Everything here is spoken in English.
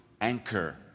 anchor